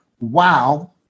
wow